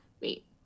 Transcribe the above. wait